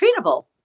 treatable